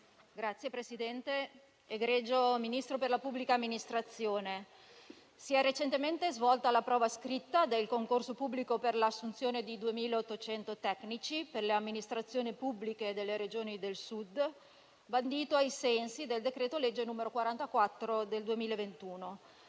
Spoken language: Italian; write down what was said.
*(M5S)*. Egregio Ministro per la pubblica amministrazione, si è recentemente svolta la prova scritta del concorso pubblico per l'assunzione di 2.800 tecnici per le amministrazioni pubbliche delle Regioni del Sud, bandito ai sensi del decreto-legge n. 44 del 2021.